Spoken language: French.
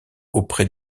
auprès